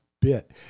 Bit